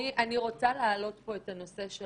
אני רוצה להעלות פה את הנושא של